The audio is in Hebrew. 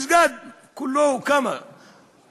מסגד, כולו, הוא כמה?